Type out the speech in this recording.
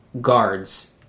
guards